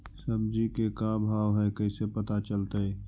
सब्जी के का भाव है कैसे पता चलतै?